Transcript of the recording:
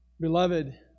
Beloved